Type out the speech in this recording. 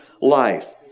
life